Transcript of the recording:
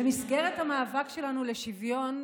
במסגרת המאבק שלנו לשוויון,